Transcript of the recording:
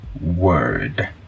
word